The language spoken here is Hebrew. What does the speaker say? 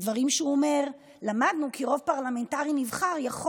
הדברים שהוא אמר: למדנו כי רוב פרלמנטרי נבחר יכול